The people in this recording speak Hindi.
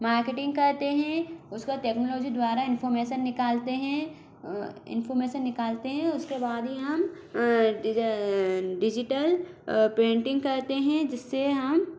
मार्केटिंग करते हैं उसके बाद टेक्नोलॉजी द्वारा इन्फॉर्मेशन निकालते हैं इन्फॉर्मेशन निकालते हैं उसके बाद ही हम डिजिटल पेंटिंग करते हैं जिससे हम